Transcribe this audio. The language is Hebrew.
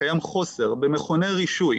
קיים חוסר במכוני רישוי,